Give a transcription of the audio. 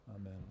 amen